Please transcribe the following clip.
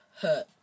hurt